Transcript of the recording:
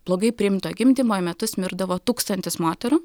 blogai priimto gimdymo į metus mirdavo tūkstantis moterų